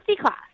class